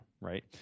Right